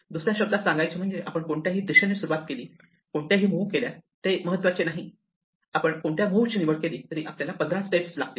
दुसऱ्या शब्दात सांगायचे म्हणजे आपण कोणत्याही दिशेने सुरुवात केली कोणत्याही मुव्ह केल्या ते महत्त्वाचे नाही आपण कोणत्या मुव्ह ची निवड केली तरी आपल्याला 15 स्टेप लागतील